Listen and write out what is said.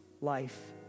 life